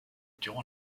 durant